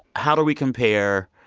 how do we compare